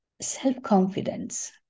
Self-confidence